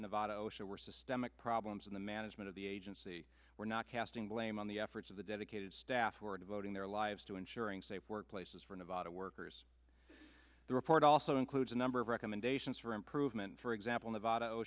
show were systemic problems in the management of the agency we're not casting blame on the efforts of the dedicated staff were devoting their lives to ensuring safe workplaces for nevada workers the report also includes a number of recommendations for improvement for example nevada o